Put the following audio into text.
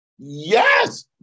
Yes